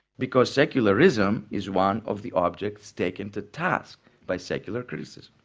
because secularism is one of the objects taken to task by secular criticism,